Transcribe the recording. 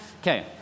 Okay